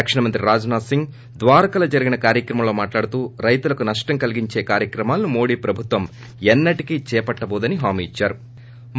రక్షణ శాఖ మంత్రి రాజ్ నాధ్ సింగ్ ద్వారకాలో జరిగిన కార్యక్రమంలో మాట్లాడుతూ రైతులకు నష్టం కలీగించే కార్యక్రమాలను మోడీ ప్రభుత్వం ఎన్న టికీ చేపట్టబోదని హామీ ఇచ్చారు